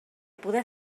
poder